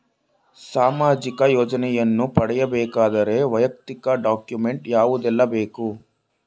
ಸಾಮಾಜಿಕ ಯೋಜನೆಯನ್ನು ಪಡೆಯಬೇಕಾದರೆ ವೈಯಕ್ತಿಕ ಡಾಕ್ಯುಮೆಂಟ್ ಯಾವುದೆಲ್ಲ ಬೇಕು?